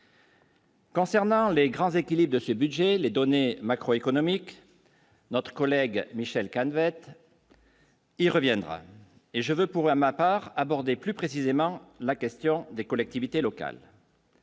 Concernant les grands équilibres de ce budget, les données macroéconomiques notre collègue Michèle Kahn être. Il reviendra et je veux pour ma part abordé plus précisément la question des collectivités locales.